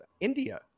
India